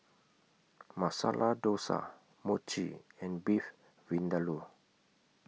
Masala Dosa Mochi and Beef Vindaloo